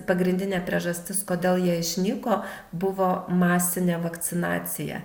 pagrindinė priežastis kodėl jie išnyko buvo masinė vakcinacija